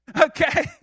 Okay